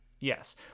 Yes